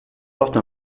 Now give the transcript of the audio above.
forte